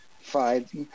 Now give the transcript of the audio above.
five